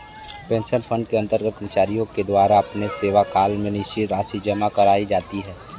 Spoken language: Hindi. पेंशन फंड के अंतर्गत कर्मचारियों के द्वारा अपने सेवाकाल में निश्चित राशि जमा कराई जाती है